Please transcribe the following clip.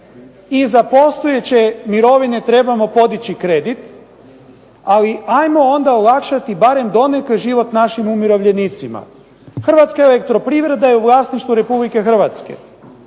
i za postojeće mirovine trebamo podići kredit, ali ajmo onda olakšati barem donekle život našim umirovljenicima. Hrvatska elektroprivreda je u vlasništvu Republike Hrvatske,